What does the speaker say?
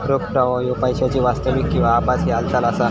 रोख प्रवाह ह्यो पैशाची वास्तविक किंवा आभासी हालचाल असा